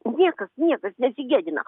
niekas niekas nesigėdina